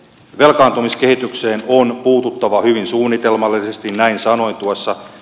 velkaantumiskehitykseen on puututtava hyvin suunnitelmallisesti näin sanoin tuossa